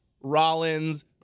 Rollins